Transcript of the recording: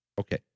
Okay